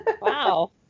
Wow